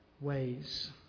ways